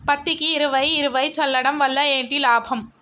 పత్తికి ఇరవై ఇరవై చల్లడం వల్ల ఏంటి లాభం?